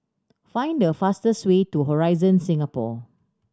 find the fastest way to Horizon Singapore